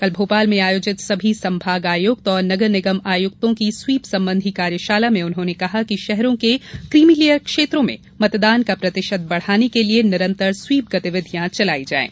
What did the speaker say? कल भोपाल में आयोजित सभी संभाग आयुक्त और नगर निगम आयुक्तों की स्वीप संबंधी कार्यशाला में उन्होंने कहा कि शहरों के कीमीलेयर क्षेत्रों में मतदान का प्रतिशत बढ़ाने के लिये निरन्तर स्वीप गतिविधियां चलाई जायें